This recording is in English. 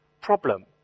problem